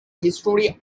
history